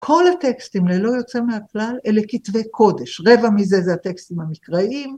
כל הטקסטים ללא יוצא מהכלל אלה כתבי קודש, רבע מזה זה הטקסטים המקראיים.